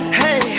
hey